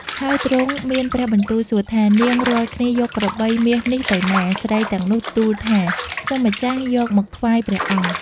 ហើយទ្រង់មានព្រះបន្ទូលសួរថា “នាងរាល់គ្នាយកក្របី មាសនេះទៅណា ?” ស្រីទាំងនោះទួលថា“ខ្ញុំម្ចាស់យកមកថ្វាយព្រះអង្គ ” ។